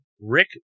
Rick